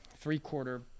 three-quarter